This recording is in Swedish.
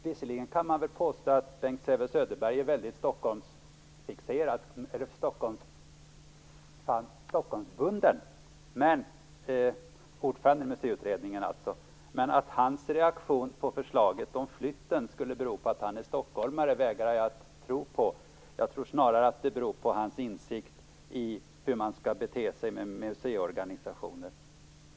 Visserligen kan man påstå att Bengt Säve Söderbergh - som var ordförande i Museiutredningen - är väldigt Stockholmsbunden, men att hans reaktion på förslaget om flytten skulle bero på att han är stockholmare vägrar jag att tro. Jag tror snarare att den beror på hans insikt i hur man skall bete sig med museiorganisation.